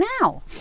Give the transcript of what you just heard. now